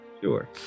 sure